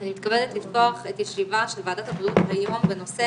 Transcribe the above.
אני מתכבדת לפתוח את הישיבה של ועדת הבריאות היום בנושא